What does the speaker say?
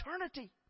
eternity